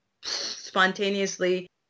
spontaneously